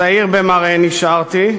צעיר במראה נשארתי,